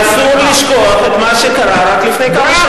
ואסור לשכוח את מה שקרה רק לפני כמה שנים,